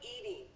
eating